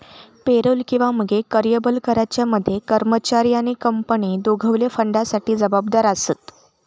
payroll किंवा मगे कर्यबल कराच्या मध्ये कर्मचारी आणि कंपनी दोघवले फंडासाठी जबाबदार आसत